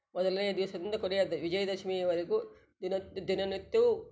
ಮೊದಲನೇ ದಿವಸದಿಂದ ಕೊನೆಯ ದಿ ವಿಜಯ ದಶಮಿಯವರೆಗೂ ದಿನ ದಿನನಿತ್ಯವೂ